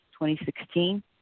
2016